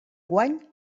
guany